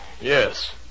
Yes